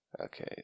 Okay